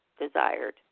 desired